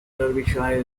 derbyshire